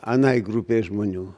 anai grupei žmonių